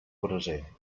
braser